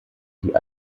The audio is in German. die